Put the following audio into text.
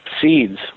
Seeds